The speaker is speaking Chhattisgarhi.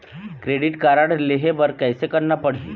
क्रेडिट कारड लेहे बर कैसे करना पड़ही?